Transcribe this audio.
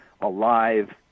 alive